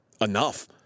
enough